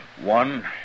One